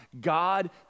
God